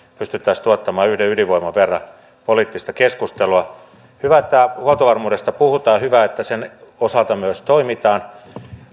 pystyisimme tuottamaan yhden ydinvoiman verran poliittista keskustelua hyvä että huoltovarmuudesta puhutaan hyvä että sen osalta myös toimitaan